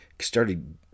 started